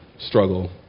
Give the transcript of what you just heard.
struggle